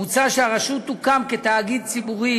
מוצע שהרשות תוקם כתאגיד ציבורי